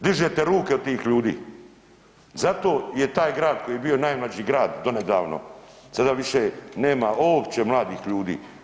Dižete ruke od tih ljudi, zato je taj grad koji je bio najmlađi grad donedavno sada više nema uopće mladih ljudi.